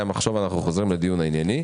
עכשיו אנחנו חוזרים לדיון הענייני.